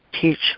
teach